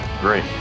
Great